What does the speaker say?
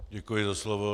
Děkuji za slovo.